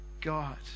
God